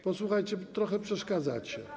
Posłuchajcie, trochę przeszkadzacie.